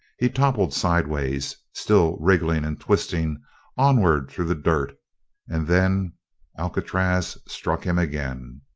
he toppled sideways, still wriggling and twisting onwards through the dirt and then alcatraz struck him again.